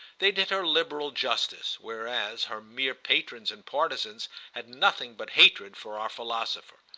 they did her liberal justice, whereas her mere patrons and partisans had nothing but hatred for our philosopher.